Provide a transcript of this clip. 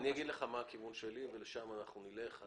אני אגיד לך מה הכיוון שלי, לשם אנחנו נלך.